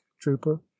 trooper